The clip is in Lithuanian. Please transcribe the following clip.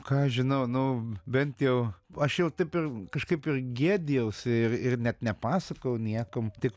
ką aš žinau nu bent jau aš jau taip ir kažkaip ir gėdijausi ir ir net nepasakojau niekam tik